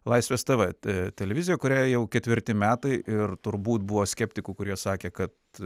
laisvės tv televizija kuriai jau ketvirti metai ir turbūt buvo skeptikų kurie sakė kad